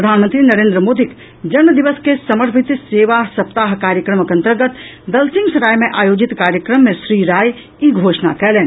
प्रधानमंत्री नरेन्द्र मोदीक जन्मदिवस के समर्पित सेवा सप्ताह कार्यक्रमक अंतर्गत दलसिंहसराय मे आयोजित कार्यक्रम मे श्री राय ई घोषणा कयलनि